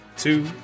Two